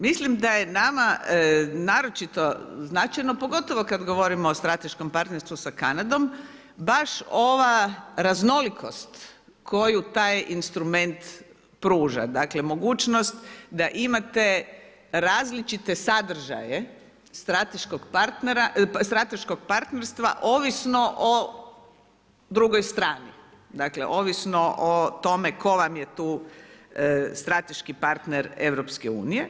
Mislim da je nama naročito značajno pogotovo kada govorimo o strateškom partnerstvu sa Kanadom, baš ova raznolikost koju taj instrument pruža, dakle mogućnost da imate različite sadržaja strateškog partnerstva ovisno o drugoj strani Dakle, ovisno o tome, tko vam je tu strateški partner EU.